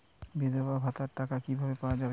বিধবা ভাতার টাকা কিভাবে পাওয়া যাবে?